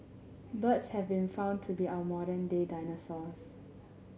birds have been found to be our modern day dinosaurs